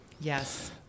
Yes